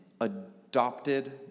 adopted